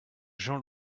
jean